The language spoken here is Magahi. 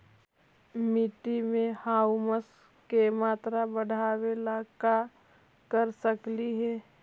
मिट्टी में ह्यूमस के मात्रा बढ़ावे ला का कर सकली हे?